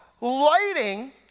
lighting